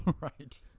Right